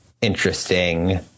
interesting